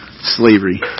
slavery